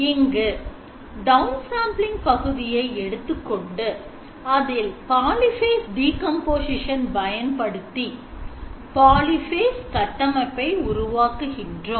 இங்கு downsampling பகுதியை எடுத்துக் கொண்டு அதில் polyphase decomposition பயன்படுத்தி polyphase கட்டமைப்பை உருவாக்குகின்றோம்